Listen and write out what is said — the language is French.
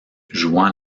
jouant